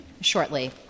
shortly